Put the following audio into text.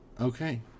okay